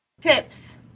Tips